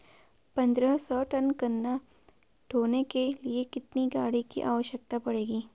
पन्द्रह सौ टन गन्ना ढोने के लिए कितनी गाड़ी की आवश्यकता पड़ती है?